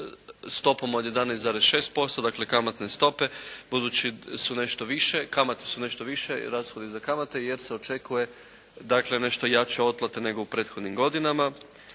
stopom od 11,6%. Dakle kamatne stope budući su nešto više, kamate su nešto više i rashodi za kamate jer se očekuje dakle nešto jače otplate nego u prethodnim godinama.